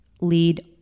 lead